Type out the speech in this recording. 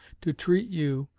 to treat you,